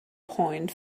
point